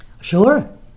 Sure